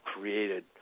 created